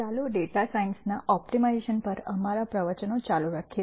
ચાલો data science ના optimisation પર અમારા પ્રવચનો ચાલુ રાખીએ